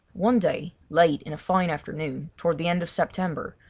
one day, late in a fine afternoon, toward the end of september,